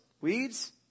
Weeds